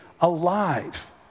alive